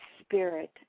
spirit